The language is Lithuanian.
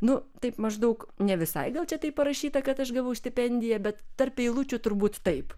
nu taip maždaug ne visai gal čia taip parašyta kad aš gavau stipendiją bet tarp eilučių turbūt taip